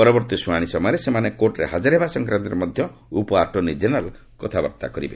ପରବର୍ତ୍ତୀ ଶୁଣାଣି ସମୟରେ ସେମାନେ କୋର୍ଟରେ ହାଜର ହେବା ସଂକ୍ରାନ୍ତରେ ମଧ୍ୟ ଉପଆଟର୍ଣ୍ଣି ଜେନେରାଲ୍ କଥାବାର୍ତ୍ତା କରିବେ